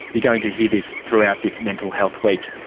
you're going to hear this throughout this mental health week.